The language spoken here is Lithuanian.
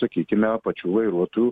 sakykime pačių vairuotojų